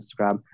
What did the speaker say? Instagram